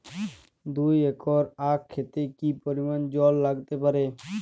দুই একর আক ক্ষেতে কি পরিমান জল লাগতে পারে?